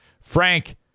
Frank